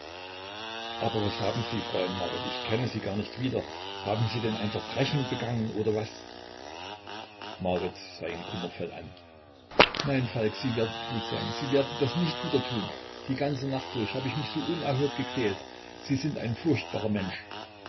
aber was haben sie fräulein marit ich kenne sie gar nicht wieder haben sie denn ein verbrechen begangen oder was marit sah ihn kummervoll an nein falk sie werden gut sein sie werden das nicht wieder tun die ganze nacht durch hab ich mich so unerhört gequält sie sind ein furchtbarer mensch